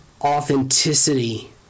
authenticity